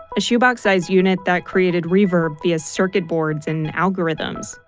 a shoebox sized unit that created reverb via circuit boards and algorithms.